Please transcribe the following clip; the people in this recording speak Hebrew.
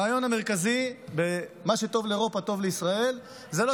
הרעיון המרכזי ב"מה שטוב לאירופה טוב לישראל" זה לא